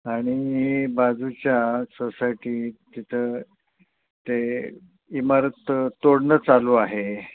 आणि बाजूच्या सोसायटीत तिथं ते इमारत तोडणं चालू आहे